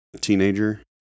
teenager